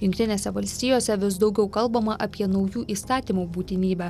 jungtinėse valstijose vis daugiau kalbama apie naujų įstatymų būtinybę